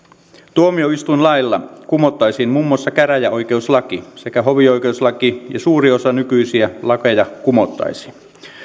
tuomioistuinlailla kumottaisiin muun muassa käräjäoikeuslaki sekä hovioikeuslaki ja suuri osa nykyisiä lakeja kumottaisiin